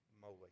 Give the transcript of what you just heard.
moly